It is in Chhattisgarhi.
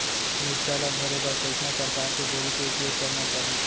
मिरचा ला भरे बर कइसना परकार के बोरी के उपयोग करना चाही?